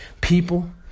people